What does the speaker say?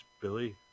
Billy